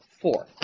Four